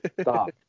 stop